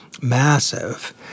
massive –